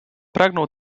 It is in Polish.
pragnął